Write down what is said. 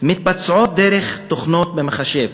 מתבצעים דרך תוכנות במחשב